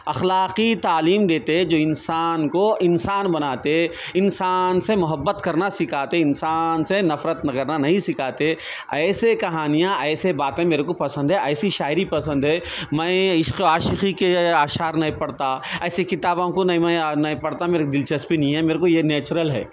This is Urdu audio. اخلاقی تعلیم دیتے جو انسان کو انسان کو بناتے انسان سے محبت کرنا سکھاتے انسان سے نفرت وغیرہ نہیں سکھاتے ایسے کہانیاں ایسے باتیں میرے کو پسند ہے ایسی شاعری پسند ہے میں عشق و عاشقی کے اشعار نہیں پڑھتا ایسی کتابوں کو نہیں میں نہیں پڑھتا میری دلچسپی نہیں ہے میرے کو یہ نیچرل ہے